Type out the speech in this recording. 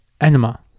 Enema